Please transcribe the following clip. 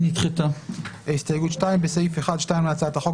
הצבעה לא אושר הסתייגות שנייה: בסעיף 1(2) להצעת החוק,